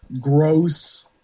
gross